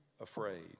afraid